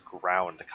ground